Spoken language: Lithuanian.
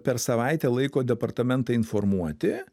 per savaitę laiko departamentą informuoti